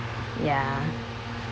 ya